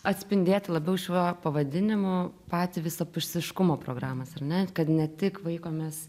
atspindėti labiau šiuo pavadinimu patį visapusiškumą programos ar ne kad ne tik vaikomės